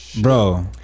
Bro